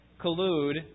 collude